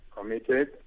committed